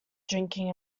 drinking